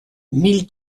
mille